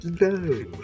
No